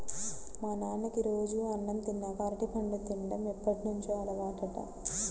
మా నాన్నకి రోజూ అన్నం తిన్నాక అరటిపండు తిన్డం ఎప్పటినుంచో అలవాటంట